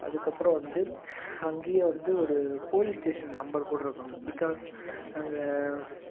அதுக்கு அப்புறம் வந்து அங்கேயே வந்து ஒரு போலீஸ் ஸ்டேஷன் நம்பர் கூட இருக்கணும் பிக்காஸ் அங்கே